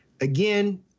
again